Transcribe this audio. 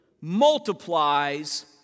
multiplies